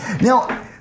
Now